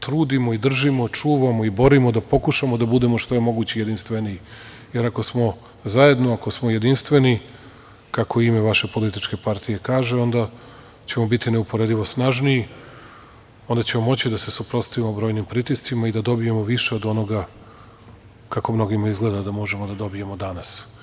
trudimo, držimo, čuvamo i borimo da pokušamo da budemo što je moguće jedinstveniji, jer ako smo zajedno, ako smo jedinstveni, kako ime vaše političke partije kaže onda ćemo biti neuporedivo snažniji, onda ćemo moći da se suprotstavimo brojnim pritiscima i da dobijemo više od onoga kako mnogima izgleda da možemo da dobijemo danas.